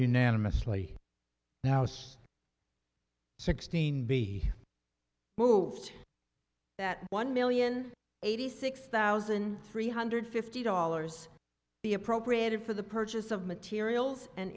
unanimously now it's sixteen be moved that one million eighty six thousand three hundred fifty dollars be appropriated for the purchase of materials and